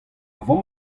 vamm